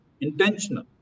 intentional